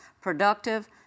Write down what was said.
productive